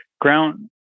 ground